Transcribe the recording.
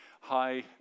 high